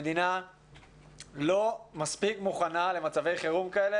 המדינה לא מספיק מוכנה למצבי חירום כאלה